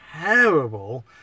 terrible